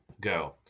go